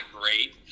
great